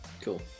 Cool